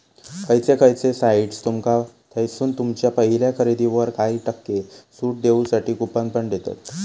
खयचे खयचे साइट्स तुमका थयसून तुमच्या पहिल्या खरेदीवर काही टक्के सूट देऊसाठी कूपन पण देतत